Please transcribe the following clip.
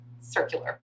circular